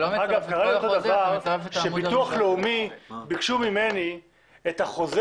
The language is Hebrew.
קרה לי שביטוח לאומי ביקשו ממני את החוזה